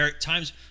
times